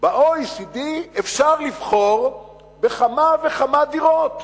ב-OECD אפשר לבחור בכמה וכמה דירות.